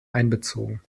einbezogen